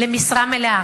למשרה מלאה,